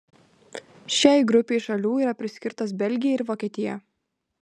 šiai grupei šalių yra priskirtos belgija ir vokietija